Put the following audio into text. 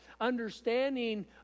understanding